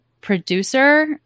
producer